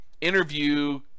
Interview